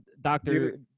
doctor